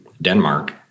Denmark